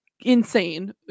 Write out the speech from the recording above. insane